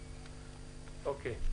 אוקיי.